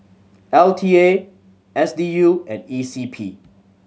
L T A S D U and E C P